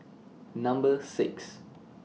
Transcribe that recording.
Number six